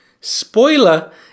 Spoiler